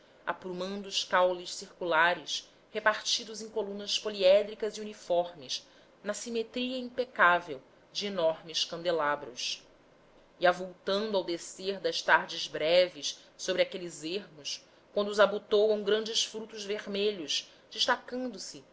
aprumando os caules circulares repartidos em colunas poliédricas e uniformes na simetria impecável de enormes candelabros e avultando ao descer das tardes breves sobre aqueles ermos quando os abotoam grandes frutos vermelhos destacando-se